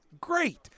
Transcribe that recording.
great